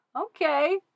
okay